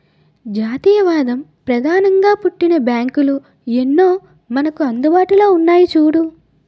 జాతీయవాదం ప్రధానంగా పుట్టిన బ్యాంకులు ఎన్నో మనకు అందుబాటులో ఉన్నాయి చూడు